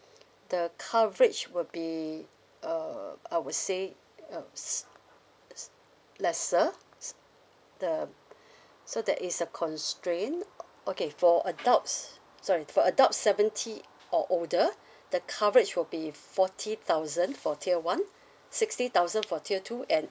the coverage will be err I would say uh s~ is lesser s~ the so there is a constraint okay for adults sorry for adults seventy or older the coverage will be forty thousand for tier one sixty thousand for tier two and